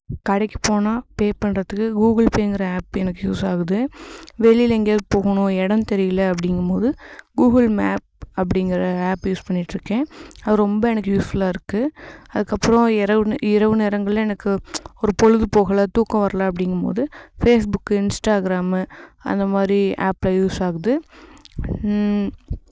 கடைக்குப் போனால் பே பண்ணுறதுக்கு கூகுள் பேங்கிற ஆப் எனக்கு யூஸ் ஆகுது வெளியில் எங்கேயாவுது போகணும் இடம் தெரியிலை அப்படிங்கும்போது கூகுள் மேப் அப்படிங்கிற ஆப் யூஸ் பண்ணிகிட்ருக்கேன் அது ரொம்ப எனக்கு யூஸ்ஃபுல்லாக இருக்குது அதுக்கப்புறம் இரவு நே இரவு நேரங்கள்ல எனக்கு ஒரு பொழுது போகலை தூக்கம் வரல அப்படிங்கும்போது ஃபேஸ்புக் இன்ஸ்டாகிராம் அந்த மாதிரி ஆப்லாம் யூஸ் ஆகுது